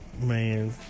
Man